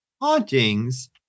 Hauntings